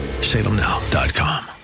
Salemnow.com